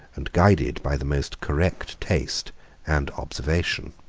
and guided by the most correct taste and observation.